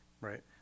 right